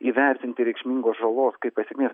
įvertinti reikšmingos žalos kaip pasekmės